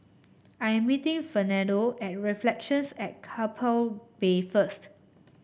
I am meeting Fernando at Reflections at Keppel Bay first